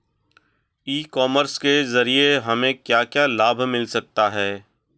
ई commerce के ज़रिए हमें क्या क्या लाभ मिल सकता है?